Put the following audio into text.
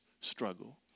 struggle